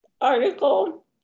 article